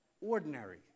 ordinary